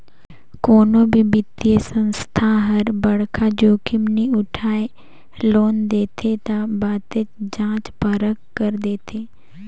कोनो भी बित्तीय संस्था हर बड़खा जोखिम नी उठाय लोन देथे ता बतेच जांच परख कर देथे